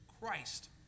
Christ